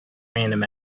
random